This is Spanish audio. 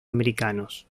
americanos